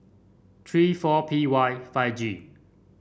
three four P Y five G